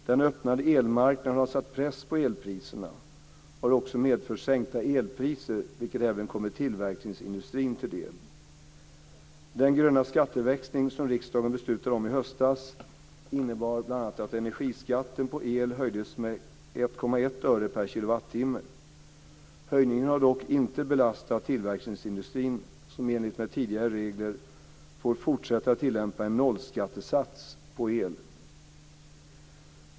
Den öppnade elmarknaden har satt press på elpriserna och har också medfört sänkta elpriser, vilket även kommit tillverkningsindustrin till del. Den gröna skatteväxling som riksdagen beslutade om i höstas innebar bl.a. att energiskatten på el höjdes med 1,1 öre per kilowattimme. Höjningen har dock inte belastat tillverkningsindustrin, som i enlighet med tidigare regler får fortsätta att tillämpa en nollskattesats på el.